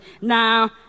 Now